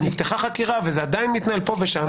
ונפתחה חקירה וזה עדיין מתנהל פה ושם,